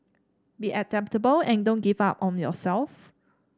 be adaptable and don't give up on yourself